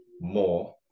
more